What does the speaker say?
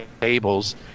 tables